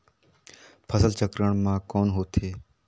फसल चक्रण मा कौन होथे?